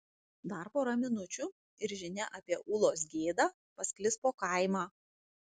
dar pora minučių ir žinia apie ulos gėdą pasklis po kaimą